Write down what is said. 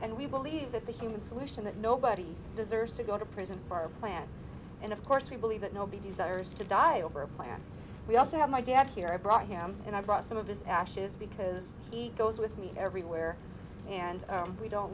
and we believe that the human solution that nobody deserves to go to prison for a plan and of course we believe that nobody desires to die over a player and we also have my dad here i brought him and i brought some of his ashes because he goes with me everywhere and we don't